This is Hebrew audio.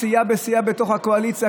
סיעה בסיעה בתוך הקואליציה.